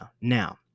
Now